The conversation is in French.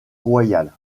royal